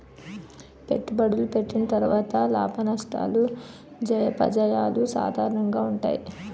పెట్టుబడులు పెట్టిన తర్వాత లాభనష్టాలు జయాపజయాలు సాధారణంగా ఉంటాయి